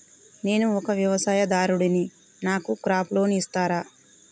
నేను ఒక వ్యవసాయదారుడిని నాకు క్రాప్ లోన్ ఇస్తారా?